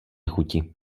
chuti